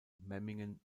memmingen